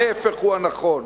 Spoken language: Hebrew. ההיפך הוא הנכון,